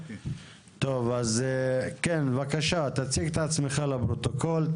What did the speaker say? טוב, כן, בבקשה תציג את עצמך לפרוטוקול.